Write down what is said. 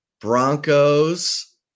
Broncos